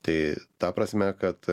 tai ta prasme kad